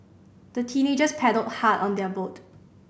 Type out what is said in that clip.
the teenagers paddled hard on their boat